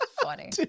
funny